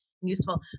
useful